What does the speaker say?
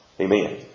Amen